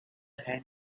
hand